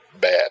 bad